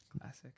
classic